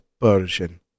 Persian